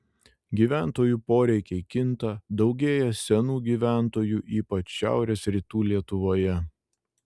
gyventojų poreikiai kinta daugėja senų gyventojų ypač šiaurės rytų lietuvoje